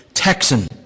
Texan